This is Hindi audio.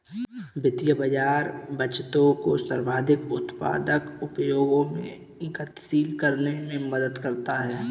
वित्तीय बाज़ार बचतों को सर्वाधिक उत्पादक उपयोगों में गतिशील करने में मदद करता है